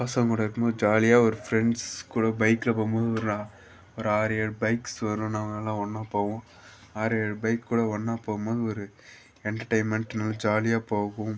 பசங்கள் கூட இருக்கும் போது ஜாலியாக ஒரு ஃப்ரெண்ட்ஸ் கூட பைக்கில் போகும் போது ஒரு ஒரு ஆறு ஏழு பைக்ஸ் வரும் நாங்களெலாம் ஒன்றா போவோம் ஆறு ஏழு பைக் கூட ஒன்றா போகும் போது ஒரு என்டர்டெயின்மெண்ட் நல்லா ஜாலியாக போகும்